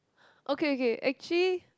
okay okay actually